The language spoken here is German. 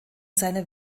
seine